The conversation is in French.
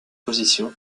position